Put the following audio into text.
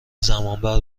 زمانبر